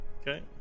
okay